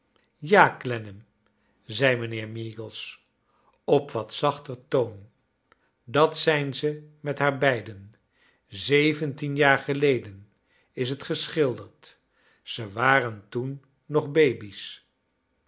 ja clennam zei mijnheer meagles op wat zachter toon dat zijn ze met haar beiden zeventien jaar geleden is t geschilderd ze waxen toen nog baby's